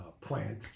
plant